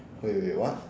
wait wait wait what